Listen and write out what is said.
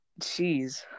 Jeez